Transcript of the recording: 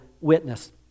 witness